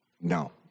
No